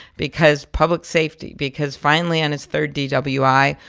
because public safety, because finally on his third dwi,